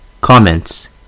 Comments